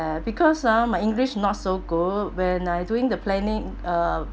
because ah my english not so good when I doing the planning uh